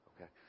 Okay